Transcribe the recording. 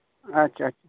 আচ্ছা আচ্ছা